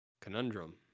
Conundrum